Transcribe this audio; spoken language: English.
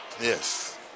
Yes